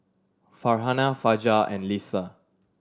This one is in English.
Farhanah Fajar and Lisa